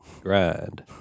grind